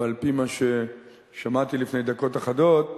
ועל-פי מה ששמעתי לפני דקות אחדות,